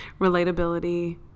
Relatability